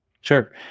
Sure